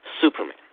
Superman